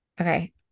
Okay